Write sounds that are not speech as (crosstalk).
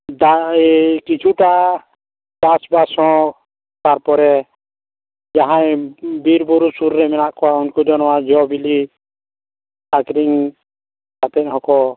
(unintelligible) ᱠᱤᱪᱷᱩᱴᱟ ᱪᱟᱥᱵᱟᱥ ᱦᱚᱸ ᱛᱟᱨᱯᱚᱨᱮ ᱡᱟᱦᱟᱸᱭ ᱵᱤᱨ ᱵᱩᱨᱩ ᱥᱩᱨ ᱨᱮ ᱢᱮᱱᱟᱜ ᱠᱚᱣᱟ ᱩᱱᱠᱩ ᱫᱚ ᱱᱚᱣᱟ ᱡᱚ ᱵᱤᱞᱤ ᱟᱠᱷᱨᱤᱧ ᱠᱟᱛᱮ ᱦᱚᱸᱠᱚ